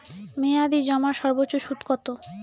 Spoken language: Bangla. মেয়াদি জমার সর্বোচ্চ সুদ কতো?